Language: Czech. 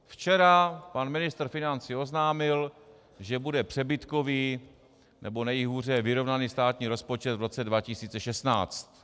Včera pan ministr financí oznámil, že bude přebytkový, nebo nejhůře vyrovnaný státní rozpočet v roce 2016.